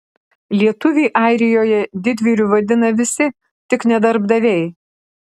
lietuvį airijoje didvyriu vadina visi tik ne darbdaviai